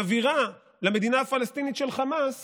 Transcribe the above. מעבירה למדינה הפלסטינית של חמאס